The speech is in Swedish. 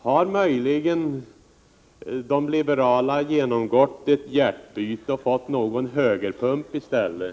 Har möjligen de liberala genomgått ett hjärtbyte och fått en högerpump i stället?